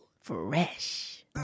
Fresh